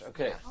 Okay